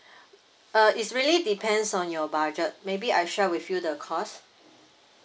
uh it's really depends on your budget maybe I share with you the cost